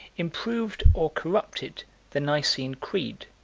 improved or corrupted the nicene creed,